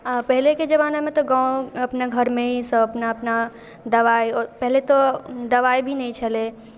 आ पहिलेके जमानामे तऽ गाम अपना घरमे ही सभ अपना अपना दवाइ दवाइ पहिले तऽ दवाइ भी नहि छलै